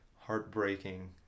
heartbreaking